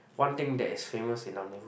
one thing that is famous in our